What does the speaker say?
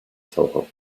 soho